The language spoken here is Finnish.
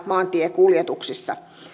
maantiekuljetuksissa